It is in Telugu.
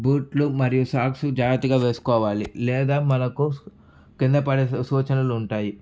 బూట్లు మరియు సాక్సు జాగ్రత్తగా వేసుకోవాలి లేదా మనకు కింద పడే సూచనలు ఉంటాయి